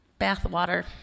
bathwater